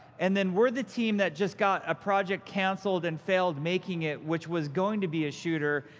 and then we're the team that just got a project canceled and failed making it, which was going to be a shooter.